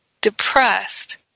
depressed